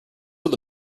what